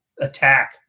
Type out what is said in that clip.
attack